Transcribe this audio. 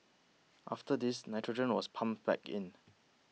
after this nitrogen was pumped back in